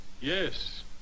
Yes